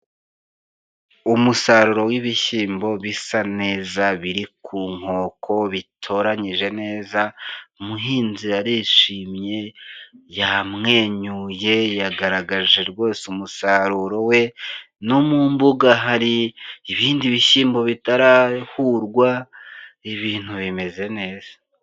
Umusaruro w'ibishyimbo bisa neza biri ku nkoko, bitoranyije neza, umuhinzi arishimye, yamwenyuye, yagaragaje rwose umusaruro we no mu mbuga hari ibindi bishyimbo bitarahurwa ibintu bimeze neza.